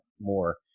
more